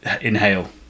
inhale